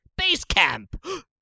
Basecamp